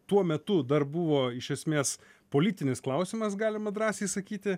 tuo metu dar buvo iš esmės politinis klausimas galima drąsiai sakyti